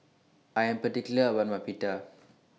I Am particular about My Pita